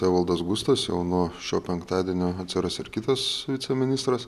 evaldas gustas jau nuo šio penktadienio atsiras ir kitas viceministras